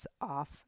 off